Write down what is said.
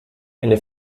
eine